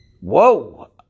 Whoa